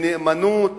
מחוק הנאמנות